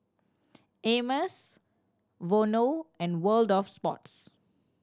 Hermes Vono and World Of Sports